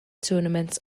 tournaments